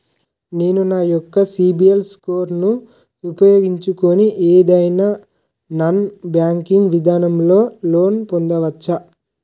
నేను నా యెక్క సిబిల్ స్కోర్ ను ఉపయోగించుకుని ఏదైనా నాన్ బ్యాంకింగ్ విధానం లొ లోన్ పొందవచ్చా?